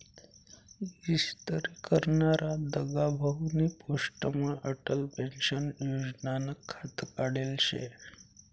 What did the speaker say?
इस्तरी करनारा दगाभाउनी पोस्टमा अटल पेंशन योजनानं खातं काढेल शे